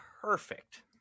perfect